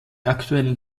aktuellen